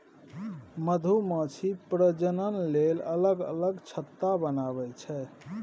मधुमाछी प्रजनन लेल अलग अलग छत्ता बनबै छै